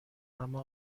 اما